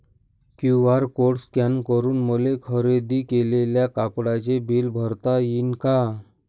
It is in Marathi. क्यू.आर कोड स्कॅन करून मले खरेदी केलेल्या कापडाचे बिल भरता यीन का?